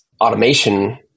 automation